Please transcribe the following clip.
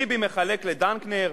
"ביבי מחלק לדנקנר".